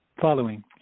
following